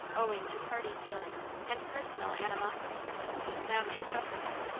owing to party feeling, and personal animosities now mixed up with it,